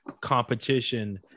competition